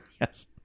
Yes